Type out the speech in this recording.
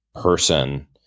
person